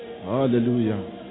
Hallelujah